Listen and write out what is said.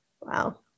Wow